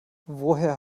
woher